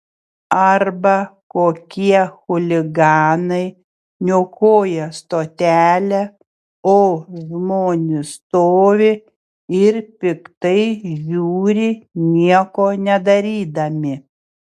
arba kokie chuliganai niokoja stotelę o žmonės stovi ir piktai žiūri nieko nedarydami